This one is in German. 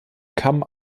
come